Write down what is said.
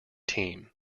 team